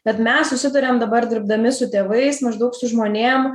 bet mes susiduriam dabar dirbdami su tėvais maždaug su žmonėm